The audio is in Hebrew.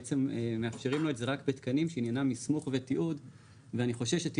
בעצם מאפשרים לו את זה רק בתקנים שעניינם מסמוך ותיעוד ואני חושש שתהיה